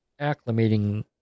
acclimating